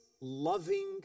loving